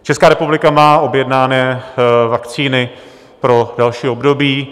Česká republika má objednané vakcíny pro další období.